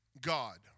God